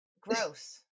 Gross